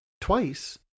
twice